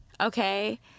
Okay